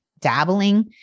dabbling